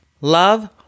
Love